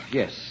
yes